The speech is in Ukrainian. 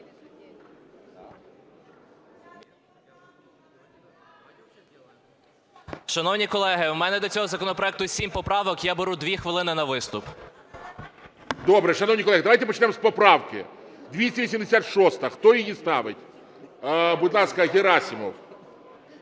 Добре. Шановні колеги, давайте почнемо з поправки. 286-а, хто її ставить? Будь ласка, Герасимов.